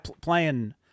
playing